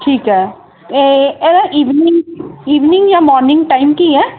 ਠੀਕ ਹੈ ਇਹ ਇਹ ਈਵਨਿੰਗ ਈਵਨਿੰਗ ਜਾਂ ਮੋਰਿਨਿੰਗ ਟਾਈਮ ਕੀ ਹੈ